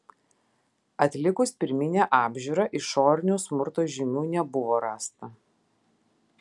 atlikus pirminę apžiūrą išorinių smurto žymių nebuvo rasta